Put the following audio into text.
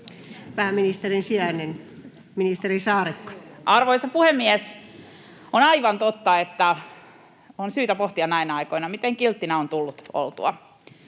Purra ps) Time: 16:57 Content: Arvoisa puhemies! On aivan totta, että on syytä pohtia näinä aikoina, miten kilttinä on tullut oltua,